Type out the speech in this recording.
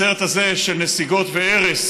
בסרט הזה של נסיגות והרס